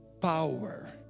power